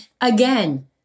again